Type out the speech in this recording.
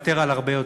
לוותר על הרבה יותר.